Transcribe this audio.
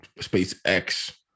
SpaceX